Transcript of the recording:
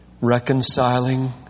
reconciling